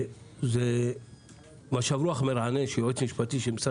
זה משב רוח מרענן שיועץ משפטי של משרד